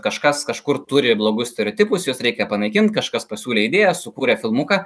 kažkas kažkur turi blogus stereotipus juos reikia panaikint kažkas pasiūlė idėją sukūrė filmuką